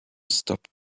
stop